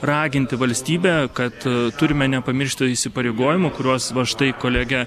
raginti valstybę kad turime nepamiršti įsipareigojimų kuriuos va štai kolegė